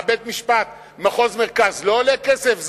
מה, בית-משפט מחוז מרכז לא עולה כסף?